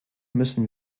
müssen